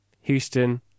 Houston